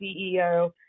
CEO